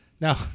Now